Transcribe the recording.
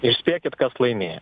ir spėkit kas laimėjo